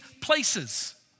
places